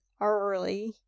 early